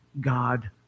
God